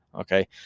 Okay